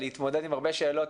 להתמודד עם הרבה שאלות,